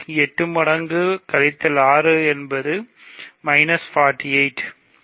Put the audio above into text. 8 மடங்கு கழித்தல் 6 என்பது 48 ஆகும்